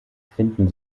finden